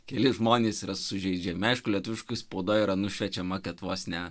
keli žmonės yra sužeidžiami aišku lietuviškoj spaudoj yra nušviečiama kad vos ne